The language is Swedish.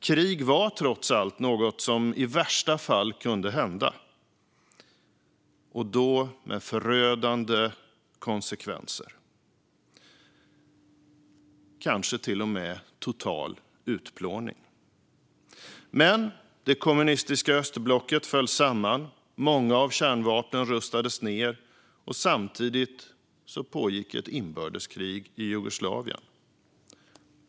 Krig var trots allt något som i värsta fall kunde hända, och då med förödande konsekvenser - kanske till och med total utplåning. Men det kommunistiska östblocket föll samman, och många av kärnvapnen rustades ned. Samtidigt pågick dock ett inbördeskrig i Jugoslavien.